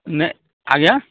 ନାଇଁ ଆଜ୍ଞା